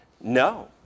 No